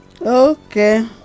Okay